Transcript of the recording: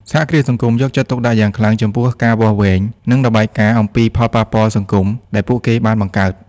សហគ្រាសសង្គមយកចិត្តទុកដាក់យ៉ាងខ្លាំងចំពោះការវាស់វែង និងរបាយការណ៍អំពីផលប៉ះពាល់សង្គមដែលពួកគេបានបង្កើត។